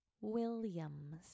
Williams